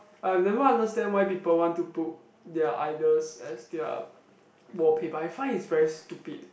I have never understand why people want to put their idols as their wallpaper I find is very stupid